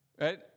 Right